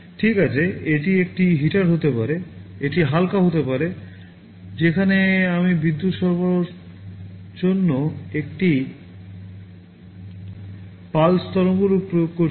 ঠিক আছে এটি একটি হিটার হতে পারে এটি হালকা হতে পারে যেখানে আমি বিদ্যুৎ সরবরাহের জন্য একটি pulse তরঙ্গরূপ প্রয়োগ করছি